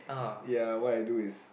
ya what I do is